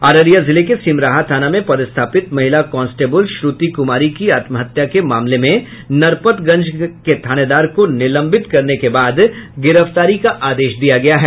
अररिया जिले के सिमराहा थाना में पदस्थापित महिला कांस्टेबल श्रृति कुमारी की आत्महत्या के मामले में नरपतगंज के थानेदार को निलंबित करने के बाद गिरफ्तारी के आदेश दिया गया है